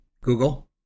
Google